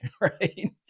right